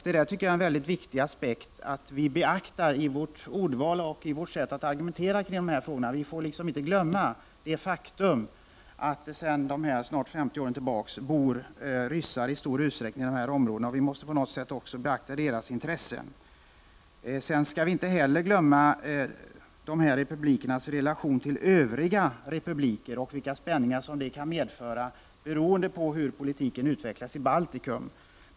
Det där tycker jag är en viktig aspekt att beakta i ordval och i vårt sätt att argumentera. Vi får liksom inte glömma det faktum att det sedan snart 50 år bor ryssar i stor utsträckning i de här områdena, och vi måste också på något sätt beakta deras intressen. Sedan skall vi inte heller glömma de här republikernas relation till övriga republiker och vilka spänningar det kan medföra, beroende på hur politiken utvecklas i Baltikum.